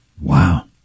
Wow